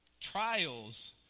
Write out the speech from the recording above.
Trials